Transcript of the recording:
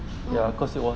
mm